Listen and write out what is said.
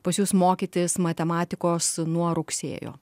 pas jus mokytis matematikos nuo rugsėjo